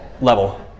level